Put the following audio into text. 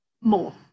more